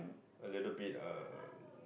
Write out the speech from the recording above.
a little bit uh